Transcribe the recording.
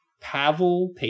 Pavel